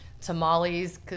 tamales